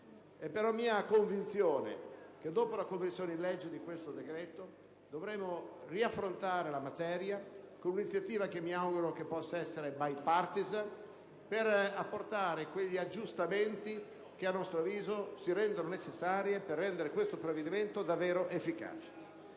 È però mia convinzione che dopo la conversione in legge di questo decreto dovremo riaffrontare la materia - con un'iniziativa che mi auguro possa essere *bipartisan* - per apportare quegli aggiustamenti che, a nostro avviso, si rendono necessari per rendere questo provvedimento davvero efficace.